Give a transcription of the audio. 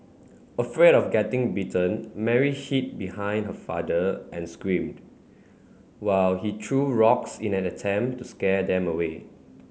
afraid of getting bitten Mary hid behind her father and screamed while he threw rocks in an attempt to scare them away